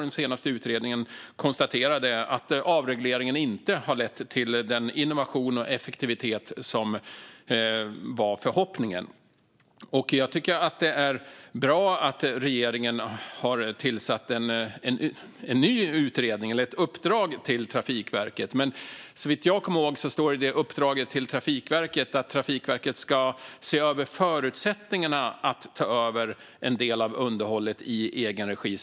Den senaste utredningen konstaterade att avregleringen inte har lett till den innovation och effektivitet som var förhoppningen. Jag tycker att det är bra att regeringen har tillsatt en ny utredning eller rättare sagt gett ett uppdrag till Trafikverket. Men såvitt jag kommer ihåg står det i det uppdraget att Trafikverket ska se över förutsättningarna för att ta över en del av underhållet i egen regi.